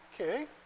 Okay